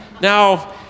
now